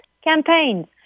campaigns